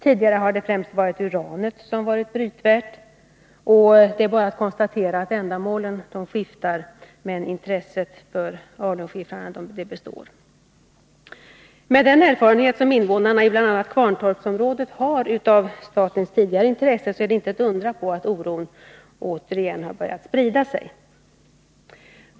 Tidigare har det främst varit uranet som varit brytvärt. Det är bara att konstatera att ändamålen skiftar, medan intresset för oljeskiffern består. Med den erfarenhet som invånarna i bl.a. Kvarntorpsområdet har av statens tidigare intresse är det inte att undra på att oron återigen har börjat sprida sig.